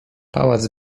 pałac